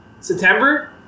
september